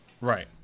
right